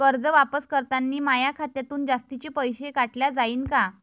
कर्ज वापस करतांनी माया खात्यातून जास्तीचे पैसे काटल्या जाईन का?